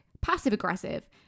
passive-aggressive